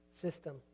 system